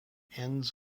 ends